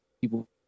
people